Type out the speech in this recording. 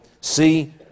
see